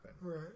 Right